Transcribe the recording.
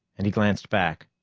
and he glanced back.